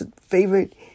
favorite